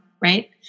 right